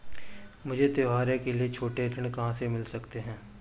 मुझे त्योहारों के लिए छोटे ऋृण कहां से मिल सकते हैं?